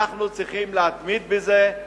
אנחנו צריכים להתמיד בזה,